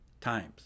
times